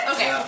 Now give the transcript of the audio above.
Okay